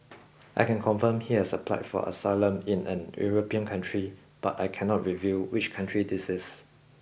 I can confirm he has applied for asylum in an European country but I cannot reveal which country this is